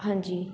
ਹਾਂਜੀ